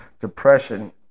Depression